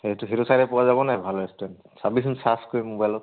সেইটো সেইটো চাইডে পোৱা যাবনে ভাল ৰেষ্টুৰেণ্ট চাবিচোন চাৰ্জ কৰি মোবাইলত